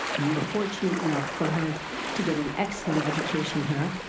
we were fortunate enough for her to get an excellent education here.